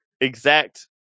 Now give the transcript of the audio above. exact